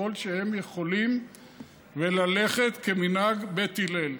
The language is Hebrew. ככל שהם יכולים וללכת כמנהג בית הלל.